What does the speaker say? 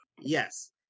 Yes